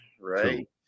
Right